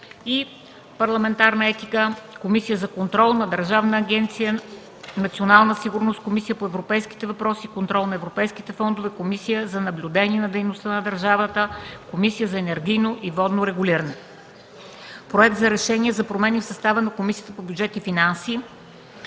и парламентарна етика, Комисията за контрол на Държавна агенция „Национална сигурност”, Комисията по европейските въпроси и контрол на европейските фондове, Комисията за наблюдение на дейността на държавната Комисия за енергийно и водно регулиране. Проект за решение за промени в състава на Комисията по бюджет и финанси.